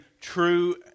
true